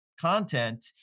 content